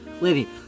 lady